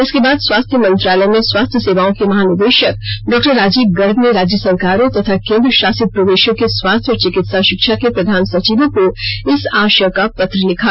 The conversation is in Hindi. इसके बाद स्वास्थ्य मंत्रालय में स्वास्थ्य सेवाओं के महानिदेशक डॉक्टर राजीव गर्ग ने राज्य सरकारों तथा केंद्रशासित प्रदेशों के स्वास्थ्य और चिकित्सा शिक्षा के प्रधान सचिवों को इस आशय का पत्र लिखा